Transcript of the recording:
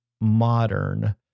modern